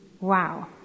Wow